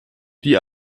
die